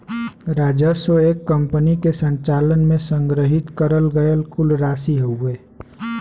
राजस्व एक कंपनी के संचालन में संग्रहित करल गयल कुल राशि हउवे